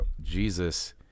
Jesus